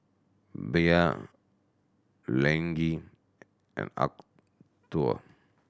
Bia Laneige and Acuto